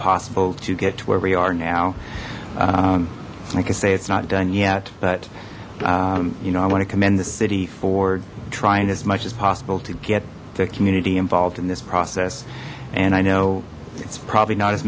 possible to get to where we are now like i say it's not done yet but you know i want to commend the city for trying as much as possible to get the community involved in this process and i know it's probably not as